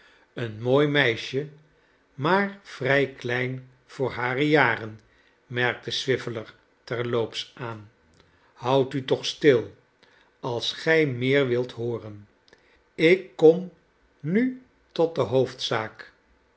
een mooi meisje maar vrij klein voor hare jaren merkte swiveller terloops aan houd u toch stil als gij meer wilt hooren ik kom nu tot de hoofdzaak